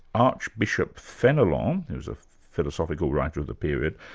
archbishop fenelong, who's a philosophical writer of the period,